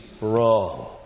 wrong